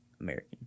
American